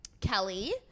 Kelly